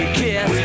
kiss